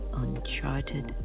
uncharted